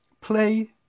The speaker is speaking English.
Play